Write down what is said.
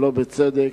שלא בצדק.